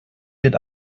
wird